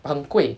but 很贵